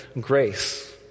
grace